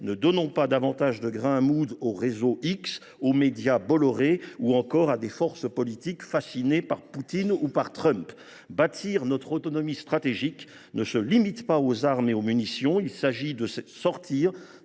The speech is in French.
Ne donnons pas davantage de grain à moudre au réseau X, aux médias Bolloré, ou encore à des forces politiques fascinées par Poutine ou par Trump ! Bâtir notre autonomie stratégique n’est pas seulement une question d’armes et de munitions. Il importe de sortir